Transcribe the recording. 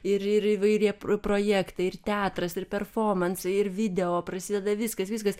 ir ir įvairi projektai ir teatras ir performansai ir video prasideda viskas viskas